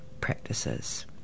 practices